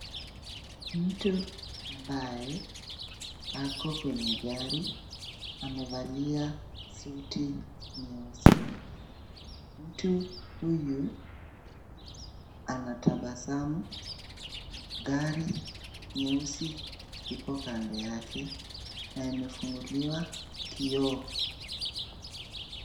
Mtu ambaye ako kwenye gari amevalia suti nyeusi, mtu huyu anatabasamu, gari nyeusi ipo kando yake na imefunguliwa kioo.